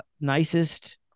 nicest